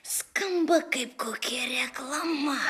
skamba kaip kokia reklama